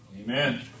Amen